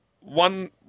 one